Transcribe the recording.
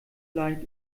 leid